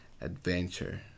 adventure